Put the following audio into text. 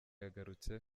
yagarutse